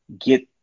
get